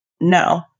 No